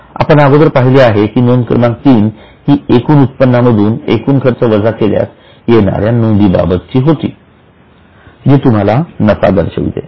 आपण अगोदरच पाहिले आहे की नोंद क्रमांक तीन ही एकूण उत्पन्ना मधून एकूण खर्च वजा केल्यास येणाऱ्या नोंदीबाबत ची होती जी तुम्हाला नफा दर्शविते